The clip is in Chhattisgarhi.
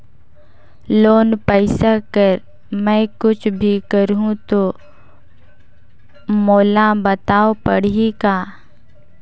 लोन पइसा कर मै कुछ भी करहु तो मोला बताव पड़ही का?